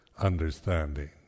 understanding